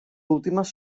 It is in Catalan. últimes